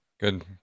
good